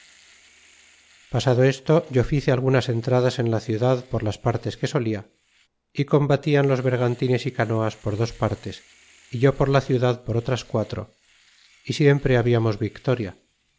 pasado esto yo fice algunas entradas en la ciudad por las partes que solia y miau los bergantines y canoas por dos partes y yo por la ciudad por otras quatro y siempre bebimos victoria